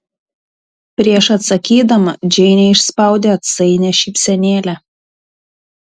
prieš atsakydama džeinė išspaudė atsainią šypsenėlę